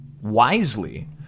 wisely